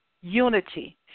Unity